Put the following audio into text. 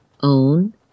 own